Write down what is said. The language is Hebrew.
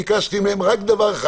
ביקשתי מהם רק דבר אחד.